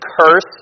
curse